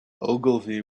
ogilvy